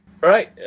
right